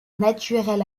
naturel